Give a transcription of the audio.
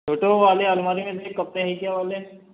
छोटू वो वाली अलमारी में देख कपड़े हैं क्या वो वाले